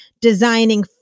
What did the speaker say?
designing